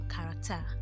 character